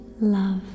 love